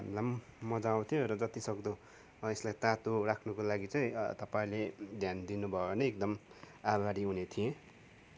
हामीलाई पनि मजा आउँथ्यो र जति सक्दो यसलाई तातो राख्नुको लागि चाहिँ तपाईँहरूले ध्यान दिनुभयो भने एकदम आभारी हुने थिएँ